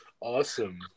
awesome